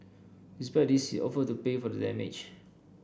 despite this offered to pay for the damage